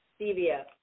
Stevia